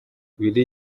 willy